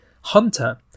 hunter